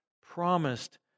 promised